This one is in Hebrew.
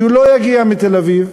שהוא לא יגיע מתל-אביב,